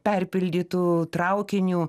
perpildytu traukiniu